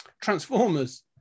Transformers